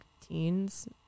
teens